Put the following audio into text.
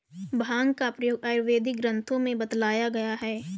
भाँग का प्रयोग आयुर्वेदिक ग्रन्थों में बतलाया गया है